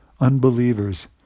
unbelievers